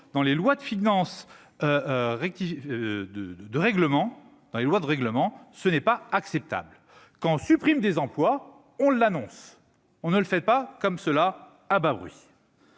dans les lois de règlement, ce n'est pas acceptable quand on supprime des emplois, on l'annonce on ne le fait pas, comme cela, ah bah oui.